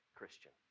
Christian